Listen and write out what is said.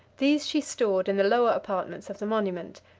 these she stored in the lower apartments of the monument,